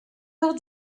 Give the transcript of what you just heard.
heures